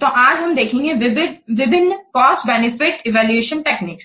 तो आज हम देखेंगे विभिन्न कॉस्ट बेनिफिट इवैल्यूएशन टेक्निक्स